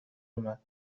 اومد